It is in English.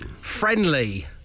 friendly